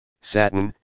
satin